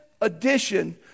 addition